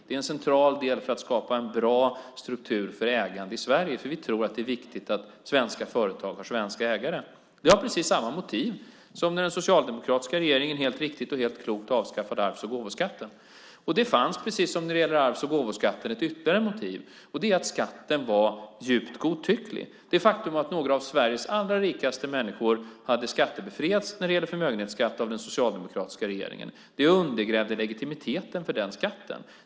Det är en central del för att skapa en bra struktur för ägande i Sverige, för vi tror att det är viktigt att svenska företag har svenska ägare. Det var med precis samma motiv som den socialdemokratiska regeringen helt riktigt och klokt avskaffade arvs och gåvoskatten. Det fanns, precis som när det gällde arvs och gåvoskatten ett ytterligare motiv, och det är att skatten var djupt godtycklig. Det faktum att några av Sveriges allra rikaste människor hade skattebefriats när det gällde förmögenhetsskatt av den socialdemokratiska regeringen undergrävde legitimiteten för den skatten.